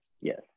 yes